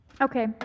Okay